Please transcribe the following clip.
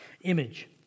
image